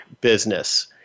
business